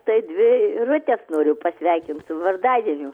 tai dvi irutes noriu pasveikint su vardadieniu